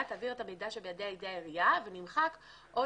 תעביר את המידע שבידיה לידי העירייה' ונמחק 'או